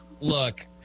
look